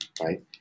right